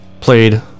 Played